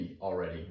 already